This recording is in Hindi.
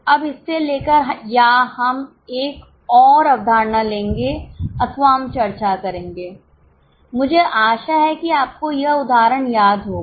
अब इससे लेकर या हम एक और अवधारणा लेंगे अथवा हम चर्चा करेंगे मुझे आशा है कि आपको यह उदाहरण याद होगा